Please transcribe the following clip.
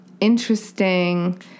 interesting